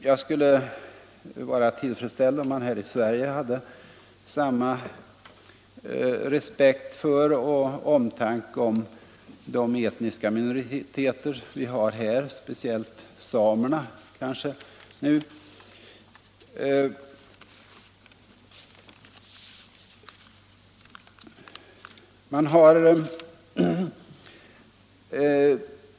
Jag skulle vara tillfredsställd om man i Sverige hyste samma respekt för och omtanke om de etniska minoriteter som vi har här, speciellt samerna.